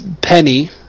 Penny